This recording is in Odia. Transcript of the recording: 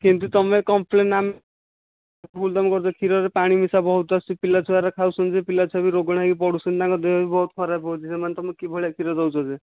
କିନ୍ତୁ ତୁମେ କମ୍ପ୍ଲେନ ଆମ୍ ଭୁଲ କାମ କରୁଛ କ୍ଷୀରରେ ପାଣି ମିଶା ବହୁତ ଆସୁଛି ପିଲାଛୁଆ ଗୁରା ଖାଉଛନ୍ତି ଯେ ପିଲାଛୁଆ ବି ରୋଗଣା ହୋଇକି ପଡ଼ୁଛନ୍ତି ତାଙ୍କ ଦେହ ବି ବହୁତ ଖରାପ ହେଉଛି ସେମାନେ ତୁମେ କି ଭଳିଆ କ୍ଷୀର ଦେଉଛ ଯେ